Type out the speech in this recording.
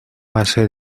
hacer